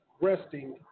resting